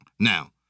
Now